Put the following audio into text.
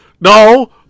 No